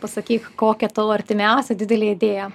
pasakyk kokia tavo artimiausia didelė idėja